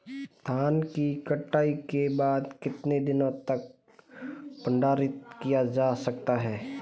धान की कटाई के बाद कितने दिनों तक भंडारित किया जा सकता है?